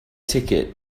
ticket